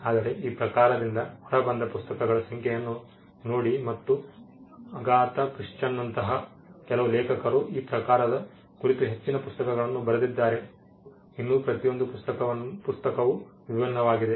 ಆದರೆ ಈ ಪ್ರಕಾರದಿಂದ ಹೊರಬಂದ ಪುಸ್ತಕಗಳ ಸಂಖ್ಯೆಯನ್ನು ನೋಡಿ ಮತ್ತು ಅಗಾಥಾ ಕ್ರಿಸ್ಟಿಯಂತಹ ಕೆಲವು ಲೇಖಕರು ಈ ಪ್ರಕಾರದ ಕುರಿತು ಹೆಚ್ಚಿನ ಪುಸ್ತಕಗಳನ್ನು ಬರೆದಿದ್ದಾರೆ ಮತ್ತು ಇನ್ನೂ ಪ್ರತಿಯೊಂದು ಪುಸ್ತಕವೂ ವಿಭಿನ್ನವಾಗಿದೆ